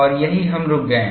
और यहीं हम रुक गए